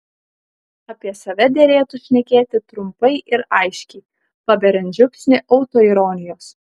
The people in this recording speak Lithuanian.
apie save derėtų šnekėti trumpai ir aiškiai paberiant žiupsnį autoironijos